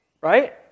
right